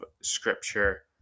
scripture